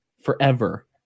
forever